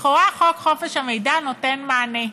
לכאורה, חוק חופש המידע נותן מענה.